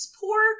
poor